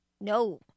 No